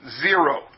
Zero